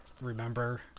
remember